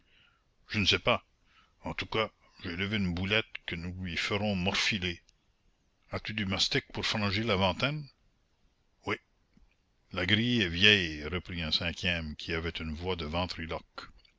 je ne sais pas en tout cas j'ai levé une boulette que nous lui ferons morfiler as-tu du mastic pour frangir la vanterne oui la grille est vieille reprit un cinquième qui avait une voix de ventriloque